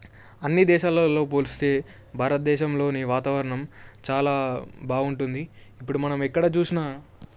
అన్నీ దేశాలల్లో పోలిస్తే భారతదేశంలోని వాతావరణం చాలా బాగుంటుంది ఇప్పుడు మనం ఎక్కడ చూసినా